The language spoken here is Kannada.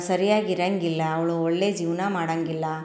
ಸರಿಯಾಗಿ ಇರೋಂಗಿಲ್ಲ ಅವಳು ಒಳ್ಳೆಯ ಜೀವನ ಮಾಡೋಂಗಿಲ್ಲ